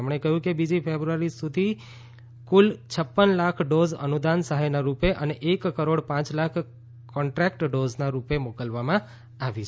તેમણે કહ્યું કે બીજી ફેબ્રુઆરી સુધીમાં કુલ પડ લાખ ડીઝ અનુદાન સહાયના રૂપે અને એક કરોડ પાંચ લાખ કોન્ટ્રાકટ ડોઝના રૂપે મોકલવામાં આવી છે